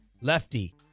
lefty